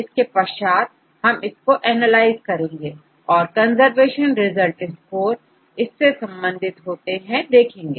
इसके पश्चात हम इसको एनालाइज करेंगे और कंजर्वेशन रिजल्ट स्कोर इससे संबंधित होते देखेंगे